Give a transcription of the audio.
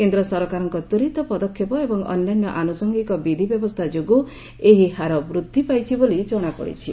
କେନ୍ଦ୍ର ସରକାରଙ୍କ ତ୍ୱରିତ ପଦକ୍ଷେପ ଏବଂ ଅନ୍ୟାନ୍ୟ ଆନୁଷଙ୍ଗିକ ବିଧିବ୍ୟବସ୍ଥା ଯୋଗୁଁ ଏହି ହାର ବୃଦ୍ଧି ପାଇଛି ବୋଲି ଜଣାପଡ଼ିଛି